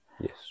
yes